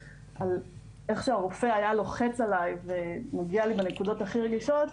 איך שהרופא היה לוחץ עליי ונוגע לי בנקודות הכי רגישות,